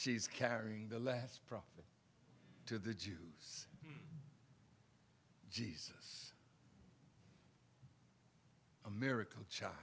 she's carrying the last prophet to the jews jesus a miracle child